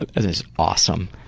that is is awesome.